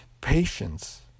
Patience